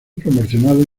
proporcionados